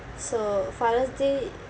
so father's day